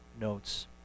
notes